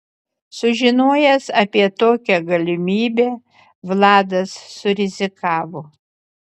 sužinojęs apie tokią galimybę vladas surizikavo